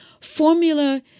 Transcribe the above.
formula